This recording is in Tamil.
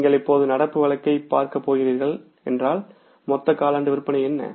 நீங்கள் இப்போது நடப்பு வழக்கைப் பார்க்கப் போகிறீர்கள் என்றால் மொத்த காலாண்டு விற்பனை என்ன